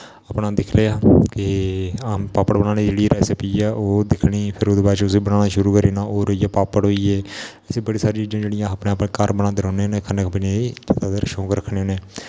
दिक्खी लेआ के आम पापड बनाने दी जेहडी रेस्पी ऐ ओह् दिक्खनी फिर ओहदे बाद उस गी बनाना शुरु करी ओङना ओह् होई गे पापड़ होई गे इसी बड़ी सारी चीजां जेहडियां अपने अपने घर बनांदे रौहने होने खन्ने पीने लेई अपना शौंक रक्खने होन्ने